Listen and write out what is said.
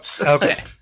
Okay